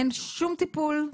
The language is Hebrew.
אין שום טיפול,